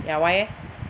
ya why eh